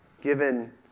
given